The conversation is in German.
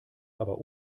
aber